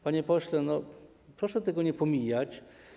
Panie pośle, proszę tego nie pomijać.